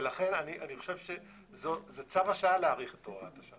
לכן זה צו השעה להאריך את הוראת השעה.